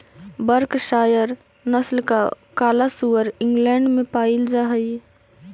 Berkshire नस्ल का काला सुअर इंग्लैण्ड में पायिल जा हई